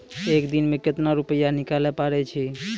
एक दिन मे केतना रुपैया निकाले पारै छी?